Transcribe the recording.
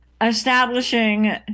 establishing